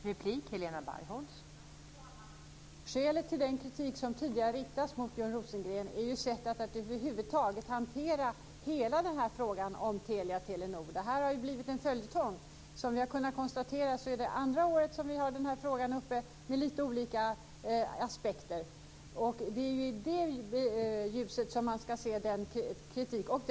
Fru talman! Skälet till den kritik som tidigare riktats mot Björn Rosengren är sättet att över huvud taget hantera hela frågan om Telia-Telenor. Det här har ju blivit en följetong. Som vi kunnat konstatera är detta andra året som vi har den här frågan uppe, med lite olika aspekter. Det är i det ljuset man ska se kritiken.